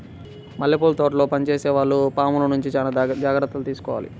మల్లెపూల తోటల్లో పనిచేసే వారు పాముల నుంచి చాలా జాగ్రత్తలు తీసుకోవాలి